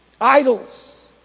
idols